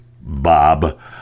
bob